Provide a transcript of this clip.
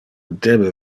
debe